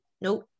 nope